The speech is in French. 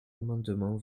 amendement